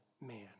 man